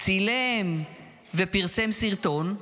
צילם ופרסם סרטון,